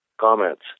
comments